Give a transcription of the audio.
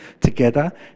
together